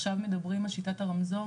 עכשיו מדברים על שיטת הרמזור,